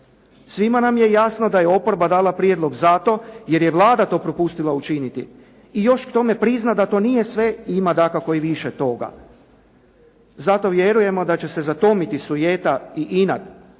Svima nam je jasno da je oporba dala prijedlog zato, jer je Vlada to propustila učiniti. I još k tome prizna da to nije sve, ima dakako više toga. Zato vjerujemo da će se zatomiti sujeta i inat